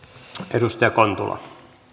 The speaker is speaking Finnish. arvoisa